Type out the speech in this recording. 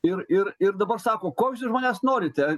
ir ir ir dabar sako koks jūs iš manęs norite